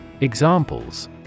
Examples